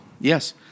yes